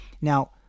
Now